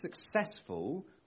successful